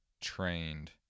trained